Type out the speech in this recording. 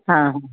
ಹಾಂ